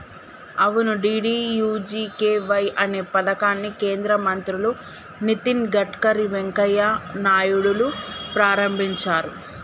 అవును డి.డి.యు.జి.కే.వై అనే పథకాన్ని కేంద్ర మంత్రులు నితిన్ గడ్కర్ వెంకయ్య నాయుడులు ప్రారంభించారు